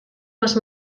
les